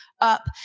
up